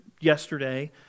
yesterday